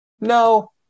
no